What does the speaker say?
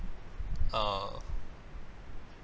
uh